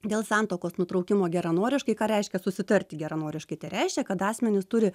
dėl santuokos nutraukimo geranoriškai ką reiškia susitarti geranoriškai tai reiškia kad asmenys turi